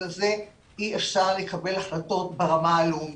הזה אי אפשר לקבל החלטות ברמה הלאומית.